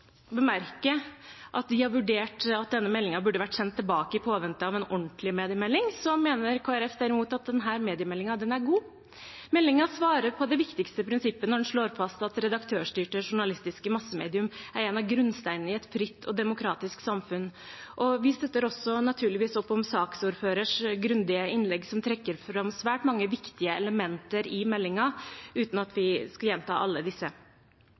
bemerke at de har vurdert at denne meldingen burde vært sendt tilbake i påvente av en ordentlig mediemelding, mener Kristelig Folkeparti derimot at denne mediemeldingen er god. Meldingen svarer på det viktigste prinsippet når den slår fast at redaktørstyrte journalistiske massemedier er en av grunnsteinene i et fritt og demokratisk samfunn. Vi støtter naturligvis også opp om saksordførerens grundige innlegg, som trekker fram svært mange viktige elementer i meldingen, uten at jeg skal gjenta alle disse.